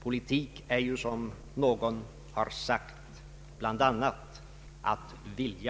Politik är ju, som någon har sagt, bland annat att vilja.